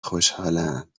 خوشحالم